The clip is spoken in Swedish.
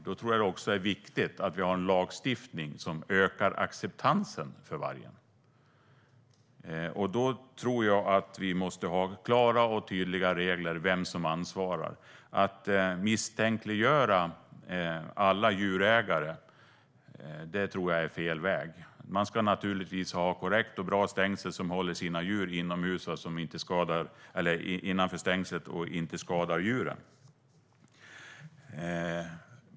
Då är det också viktigt att det finns en lagstiftning som ökar acceptansen för vargen. Det måste finnas klara och tydliga regler om vem som ansvarar. Att misstänkliggöra alla djurägare är fel väg. Det ska naturligtvis finnas korrekta och bra stängsel som håller djuren innanför och som inte skadar djuren.